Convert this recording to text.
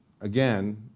Again